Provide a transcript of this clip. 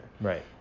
Right